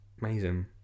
Amazing